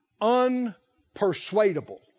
Unpersuadable